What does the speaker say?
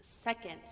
second